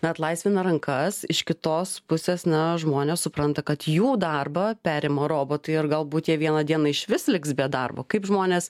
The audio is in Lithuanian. na atlaisvina rankas iš kitos pusės na žmonės supranta kad jų darbą perima robotai ir galbūt jie vieną dieną išvis liks be darbo kaip žmonės